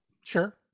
Sure